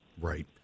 Right